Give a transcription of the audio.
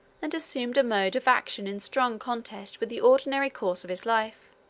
and assumed a mode of action in strong contrast with the ordinary course of his life.